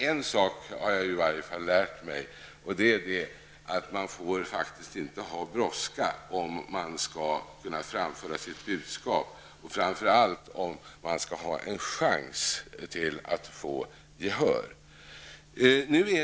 En sak har jag i alla fall lärt mig: man får faktiskt inte ha bråttom om man skall kunna framföra sitt budskap, framför allt om man skall ha en chans att få gehör.